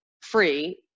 free